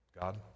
God